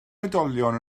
oedolion